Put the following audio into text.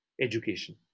education